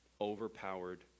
overpowered